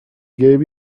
gave